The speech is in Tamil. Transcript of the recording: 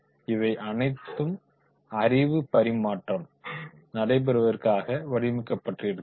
இவை அனைத்து அறிவுப் பறிமாற்றம் நடைபெறுவதற்காக வடிவமைக்கப்படுகின்றன